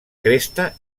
cresta